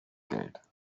geld